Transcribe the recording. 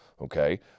okay